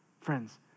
Friends